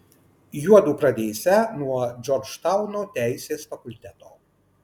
juodu pradėsią nuo džordžtauno teisės fakulteto